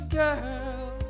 girl